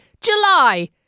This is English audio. July